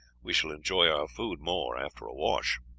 we shall enjoy our food more after a wash.